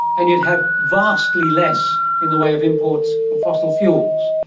and you'd have vastly less in the way of imports of fossil fuels.